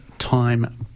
time